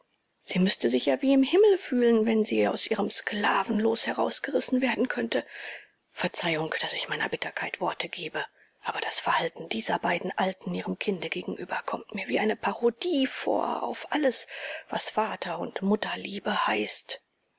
sie müßte sich ja wie im himmel fühlen wenn sie aus ihrem sklavenlos herausgerissen werden könnte verzeihung daß ich meiner bitterkeit worte gebe aber das verhalten dieser beiden alten ihrem kinde gegenüber kommt mir wie eine parodie vor auf alles was vater und mutterliebe heißt